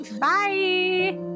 Bye